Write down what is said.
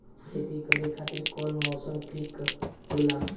खेती करे खातिर कौन मौसम ठीक होला?